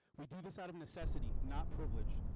but but this out of necessity not privilege.